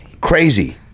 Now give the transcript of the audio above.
crazy